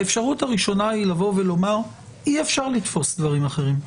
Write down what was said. האפשרות הראשונה היא לבוא ולומר: אי-אפשר לתפוס דברים אחרים.